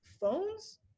phones